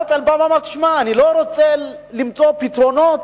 הרצל אמר: אני לא רוצה למצוא פתרונות